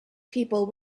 people